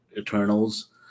eternals